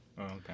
okay